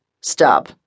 Stop